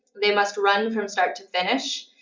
they must run from start to finish.